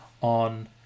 on